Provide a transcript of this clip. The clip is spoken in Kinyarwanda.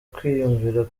kwiyumvira